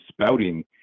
spouting